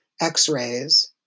x-rays